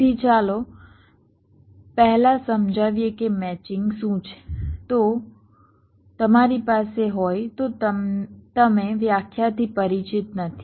તેથી ચાલો પહેલા સમજાવીએ કે મેચિંગ શું છે જો તમારી પાસે હોય તો તમે વ્યાખ્યાથી પરિચિત નથી